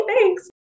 Thanks